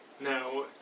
Now